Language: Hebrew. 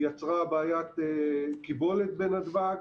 יצרה בעיית קיבולת בנתב"ג.